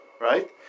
Right